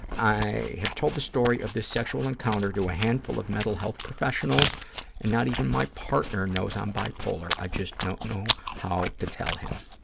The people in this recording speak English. i have told the story of this sexual encounter to a handful of mental health professionals and not even my partner knows i'm bipolar. i just don't know how to tell him.